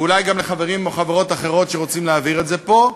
ואולי גם לחברים או חברות אחרות שרוצים להעביר את זה פה,